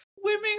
swimming